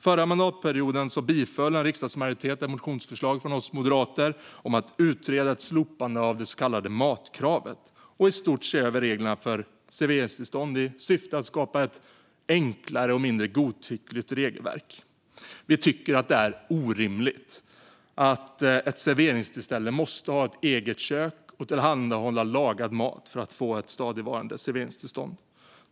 Förra mandatperioden biföll en riksdagsmajoritet ett motionsförslag från Moderaterna om att utreda ett slopande av det så kallade matkravet och i stort se över reglerna för serveringstillstånd i syfte skapa ett enklare och mindre godtyckligt regelverk. Vi tycker att det är orimligt att ett serveringsställe måste ha ett eget kök och tillhandahålla lagad mat för att få ett stadigvarande serveringstillstånd.